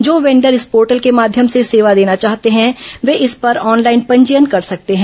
जो वेंडर इस पोर्टल के माध्यम से सेवा देना चाहते हैं वे इस पर ऑनलाइन पंजीयन कर सकते हैं